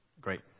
Great